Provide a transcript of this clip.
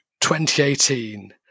2018